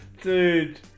dude